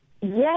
Yes